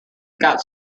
got